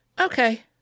Okay